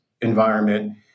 environment